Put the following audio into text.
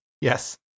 Yes